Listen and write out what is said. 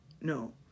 no